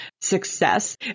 success